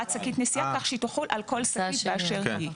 שקית נשיאה כך שתחול על כל שקית באשר היא.